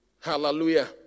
Hallelujah